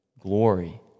Glory